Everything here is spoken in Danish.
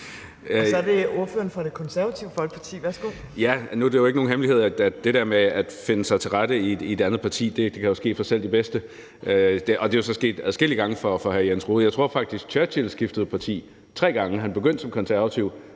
Så er det ordføreren fra Det Konservative Folkeparti. Værsgo. Kl. 13:15 Marcus Knuth (KF): Nu er det jo ikke nogen hemmelighed, at det der med at finde sig til rette i et andet parti kan ske for selv de bedste, og det er jo så sket adskillige gange for hr. Jens Rohde, og jeg tror faktisk, Churchill skiftede parti tre gange. Han begyndte som konservativ,